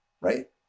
right